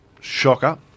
shocker